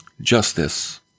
Justice